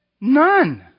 None